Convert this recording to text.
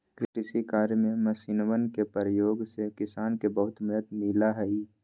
कृषि कार्य में मशीनवन के प्रयोग से किसान के बहुत मदद मिला हई